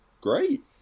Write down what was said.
Great